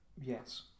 Yes